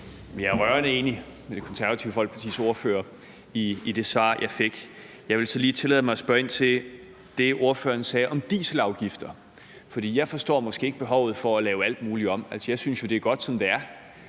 Jeg er rørende enig med Det Konservative Folkepartis ordfører i det svar, jeg fik. Jeg vil så lige tillade mig at spørge ind til det, ordføreren sagde om dieselafgifter, for jeg forstår måske ikke behovet for at lave alt muligt om; altså, jeg synes jo, det er godt, som det er.